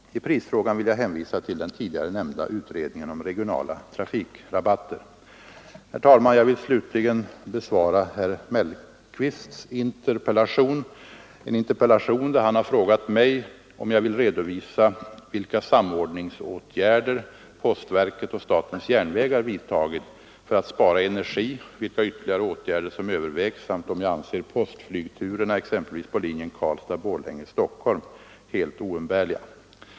I prisfrågan vill jag hänvisa till den tidigare nämnda utredningen om regionala trafikrabatter. Herr talman! Jag vill slutligen besvara herr Mellqvists interpellation. I sin interpellation har han frågat mig om jag vill redovisa vilka samordningsåtgärder postverket och SJ vidtagit för att spara energi, vilka ytterligare åtgärder som övervägs samt om jag anser postflygturerna, exempelvis på linjen Karlstad—Borlänge—Stockholm, helt oumbärliga.